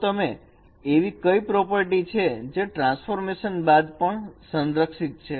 તો એવી કઈ પ્રોપર્ટી છે જે ટ્રાન્સફોર્મેશન બાદ પણ સંરક્ષિત છે